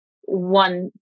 one